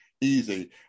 easy